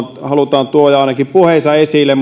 halutaan tuoda ainakin puheissa esille